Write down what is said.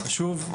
חשוב,